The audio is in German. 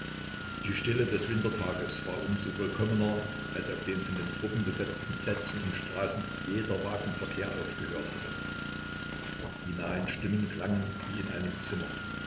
die stille des wintertages war um so vollkommener als auf den von den truppen besetzten plätzen und straßen jeder wagenverkehr aufgehört hatte die nahen stimmen klangen wie in einem zimmer